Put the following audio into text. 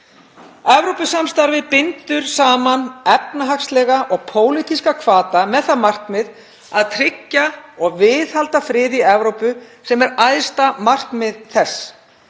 Evrópusamstarfið bindur saman efnahagslega og pólitíska hvata með það að markmiði að tryggja og viðhalda friði í Evrópu sem er æðsta markmið þess.